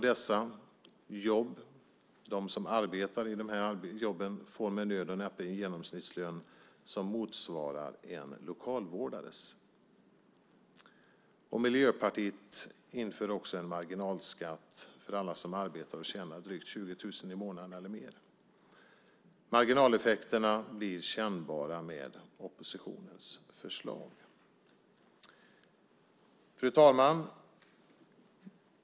De som arbetar i de jobben får med nöd och näppe en genomsnittslön som motsvarar en lokalvårdares. Miljöpartiet föreslår att man ska införa en marginalskatt för alla som arbetar och tjänar drygt 20 000 kronor i månaden eller mer. Marginaleffekterna blir kännbara med oppositionens förslag. Fru talman!